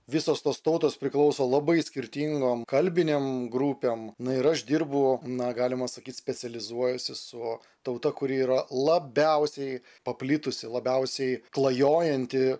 visos tos tautos priklauso labai skirtingom kalbinėm grupėm na ir aš dirbu na galima sakyt specializuojuosi su tauta kuri yra labiausiai paplitusi labiausiai klajojanti